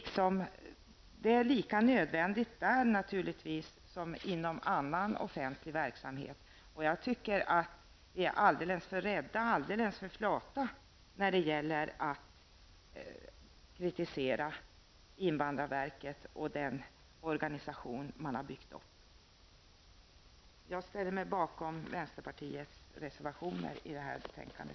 Detta är lika nödvändigt där som inom annan offentlig verksamhet. Jag tycker att vi är alldeles för rädda och flata när det gäller att kritisera invandrarverket och den organisation som där har byggts upp. Jag ställer mig bakom vänsterpartiets reservationer till detta betänkande.